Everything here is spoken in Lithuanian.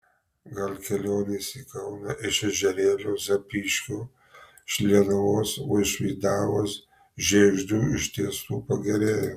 gal kelionės į kauną iš ežerėlio zapyškio šlienavos vaišvydavos žiegždrių iš tiesų pagerėjo